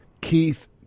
Keith